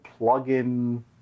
plugin